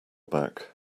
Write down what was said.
back